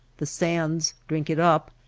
the sands drink it up,